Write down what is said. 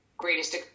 greatest